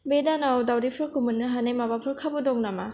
बे दानाव दाउदैफोरखौ मोननो हानाय माबाफोर खाबु दङ नामा